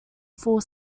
four